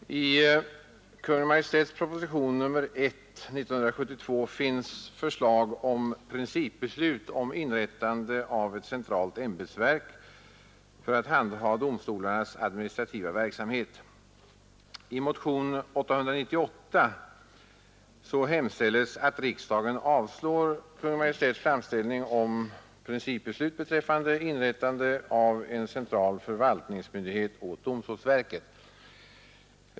Herr talman! I Kungl. Maj:ts proposition nr 1 år 1972 finns förslag om principbeslut om inrättande av ett centralt ämbetsverk för att handha domstolarnas administrativa verksamhet. I motionen 898 hemställs att riksdagen avslår Kungl. Maj:ts framställning om principbeslut beträffande inrättande av en central förvaltningsmyndighet åt domstolsverket.